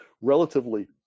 relatively